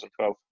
2012